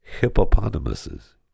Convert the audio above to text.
hippopotamuses